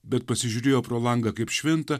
bet pasižiūrėjo pro langą kaip švinta